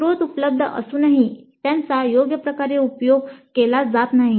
स्त्रोत उपलब्ध असूनही त्यांचा योग्य प्रकारे उपयोग केला जात नाही